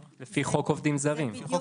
עובדים זרים, נכון שלומי?